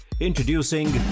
Introducing